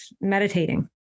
meditating